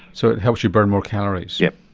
so it helps you burn more calories? yes.